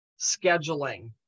scheduling